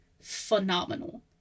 phenomenal